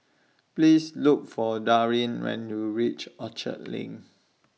Please Look For Daryn when YOU REACH Orchard LINK